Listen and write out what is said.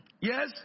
yes